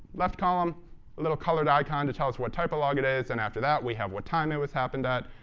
left column a little colored icon to tell us what type of log it is. and after that we have what time it was happened that.